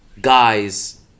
guys